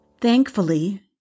Thankfully